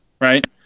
Right